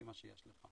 לפי מה שיש לך.